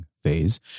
phase